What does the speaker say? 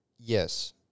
yes